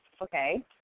Okay